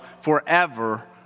forever